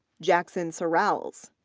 jackson sorrells,